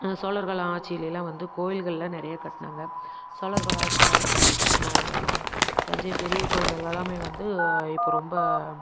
சோழர்கள் ஆட்சிலேலாம் வந்து கோவில்கள்லாம் நிறைய கட்னாங்க சோழர்கள் ஆட்சி காலத்தில் கட்டின தஞ்சை பெரிய கோயில் எல்லாமே வந்து இப்போ ரொம்ப